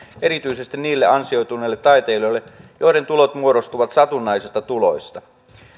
erityisesti niille ansioituneille taitelijoille joiden tulot muodostuvat satunnaisista tuloista